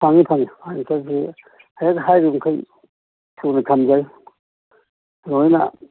ꯐꯪꯉꯤ ꯐꯪꯉꯤ ꯍꯟꯇꯛꯁꯤ ꯍꯦꯛ ꯍꯥꯏꯔꯤ ꯃꯈꯩ ꯁꯨꯅ ꯊꯝꯖꯩ ꯂꯣꯏꯅ